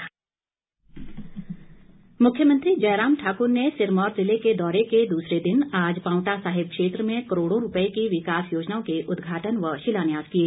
मुख्यमंत्री मुख्यमंत्री जयराम ठाक्र ने सिरमौर जिले के दौरे के दूसरे दिन आज पांवटा साहिब क्षेत्र में करोड़ों रूपये की विकास योजनाओं के उद्घाटन व शिलान्यास किए